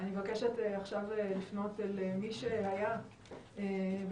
אני מבקשת עכשיו לפנות אל מי שהיה בעבר